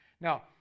Now